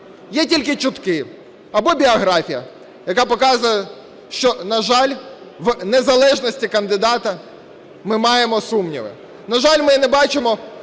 Є тільки чутки або біографія, яка показує, що, на жаль, в незалежності кандидата ми маємо сумніви. На жаль, ми не бачимо